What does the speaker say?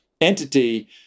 entity